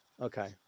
okay